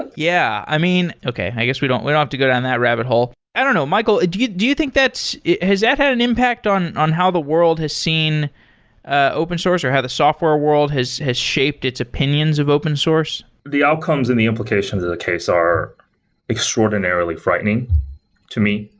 yeah. i mean okay. i guess we don't have to go down that rabbit hole. i don't know. michael, ah do you do you think that's has that had an impact on on how the world has seen ah open source or how the software world has has shaped its opinions of open source? the outcomes and the implications of the case are extraordinarily frightening to me,